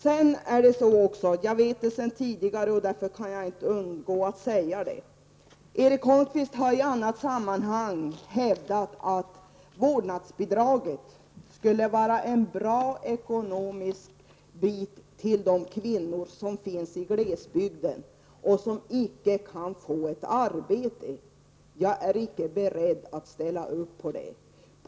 Jag kan vidare inte underlåta att säga att — jag vet det sedan tidigare — Erik Holmkvist i annat sammanhang har hävdat att vårdnadsbidraget skulle vara ett bra ekonomiskt stöd för de kvinnor på glesbygden som icke kan få ett arbete. Jag är icke beredd att ställa upp på det.